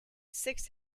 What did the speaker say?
six